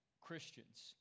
Christians